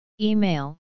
Email